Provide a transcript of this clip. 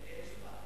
אין תשובה.